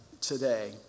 today